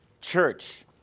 church